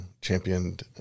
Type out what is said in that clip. championed